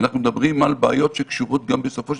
אנחנו מדברים על בעיות שקשורות גם בסופו של